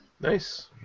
Nice